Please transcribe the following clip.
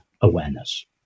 awareness